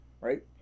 right